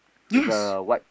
yes